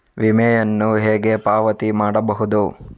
ವಿಮೆಯನ್ನು ಹೇಗೆ ಪಾವತಿ ಮಾಡಬಹುದು?